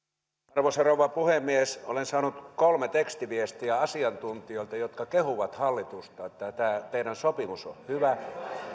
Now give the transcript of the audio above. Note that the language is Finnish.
arvoisa rouva puhemies olen saanut kolme tekstiviestiä asiantuntijoilta jotka kehuvat hallitusta että tämä teidän sopimuksenne on hyvä